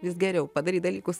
vis geriau padaryt dalykus